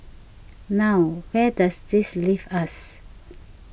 now where does this leave us